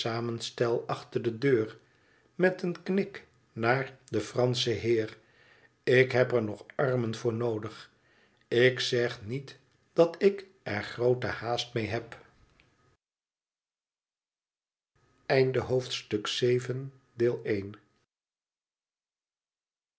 samenstel achter de deur met een knik naar den franschen heer tik heb er nog armen voor noodig ik zeg niet dat ik er groote haast mee heb